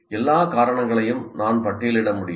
எல்லா காரணங்களையும் நான் பட்டியலிட முடியுமா